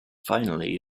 finally